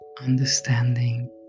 understanding